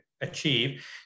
achieve